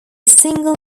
single